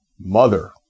mother